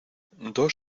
dos